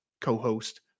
co-host